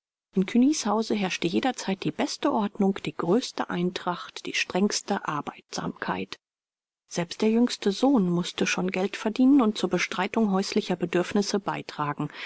in cugnys hause herrschte jederzeit die beste ordnung die größte eintracht die strengste arbeitsamkeit selbst der jüngste sohn mußte schon geld verdienen und zur bestreitung häuslicher bedürfnisse beitragen